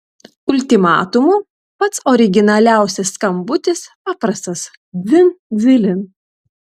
ultimatumu pats originaliausias skambutis paprastas dzin dzilin